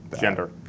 gender